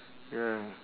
ya